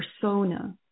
persona